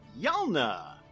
Yalna